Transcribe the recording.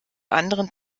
anderen